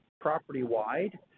Property-wide